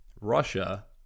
Russia